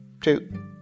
two